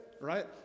right